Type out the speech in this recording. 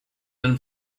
been